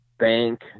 bank